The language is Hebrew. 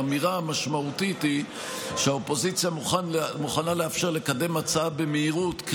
האמירה המשמעותית היא שאופוזיציה מוכנה לאפשר לקדם הצעה במהירות,